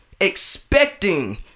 expecting